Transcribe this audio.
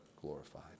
glorified